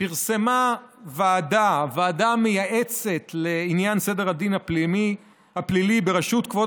פרסמה הוועדה המייעצת לעניין סדר הדין הפלילי בראשות כבוד